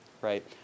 Right